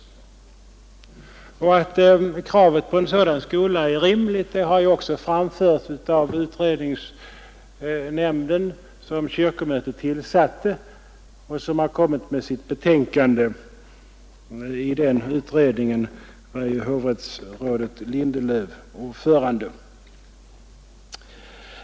Att kravet på en sådan skola är rimligt har också framförts av utredningsnämnden som kyrkomötet tillsatte och som avgett sitt betänkande. I den utredningen var hovrättsrådet Lindelöw ordförande.